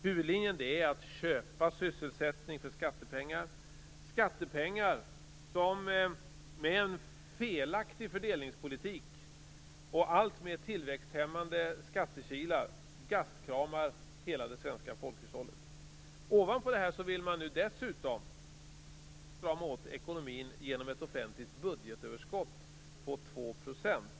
Huvudlinjen är att köpa sysselsättning för skattepengar - skattepengar som med en felaktig fördelningspolitik och alltmer tillväxthämmande skattekilar gastkramar hela det svenska folkhushållet. Ovanpå detta vill man nu dessutom strama åt ekonomin genom ett offentligt budgetöverskott på 2 %.